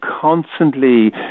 constantly